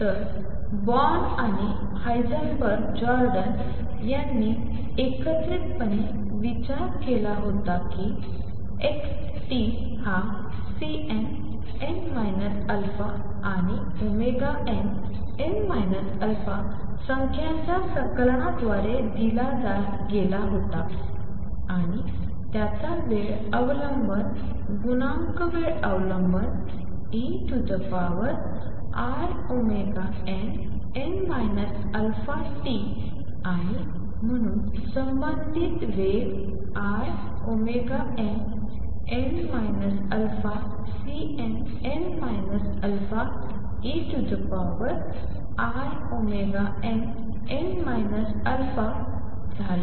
तर बॉर्न आणि Heisenberg Jordan त्यांनी एकत्रितपणे विचार केला होता की xt हा Cnn α आणि nn α संख्यांच्या संकलनाद्वारे दिला गेला होता आणि त्याचा वेळ अवलंबन गुणांक वेळ अवलंबन einn αt आणि म्हणून संबंधित वेग inn αCnn α einn αtझाला